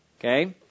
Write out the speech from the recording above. Okay